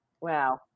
Wow